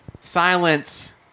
silence